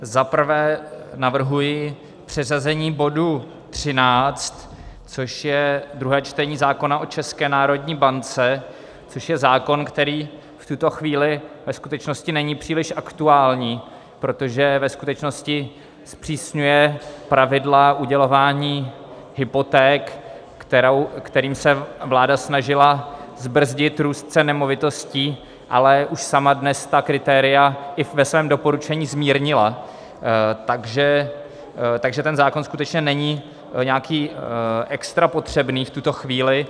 Za prvé, navrhuji přeřazení bodu 13, což je druhé čtení zákona o České národní bance, což je zákon, který v tuto chvíli ve skutečnosti není příliš aktuální, protože ve skutečnosti zpřísňuje pravidla udělování hypoték, kterými se vláda snažila zbrzdit růst cen nemovitostí, ale už sama dnes ta kritéria i ve svém doporučení zmírnila, takže ten zákon skutečně není nějaký extra potřebný v tuto chvíli.